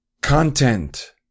Content